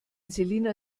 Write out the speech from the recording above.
selina